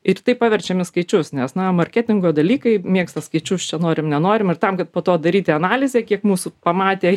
ir tai paverčiam į skaičius nes na marketingo dalykai mėgsta skaičius čia norim nenorim ir tam kad po to daryti analizę kiek mūsų pamatė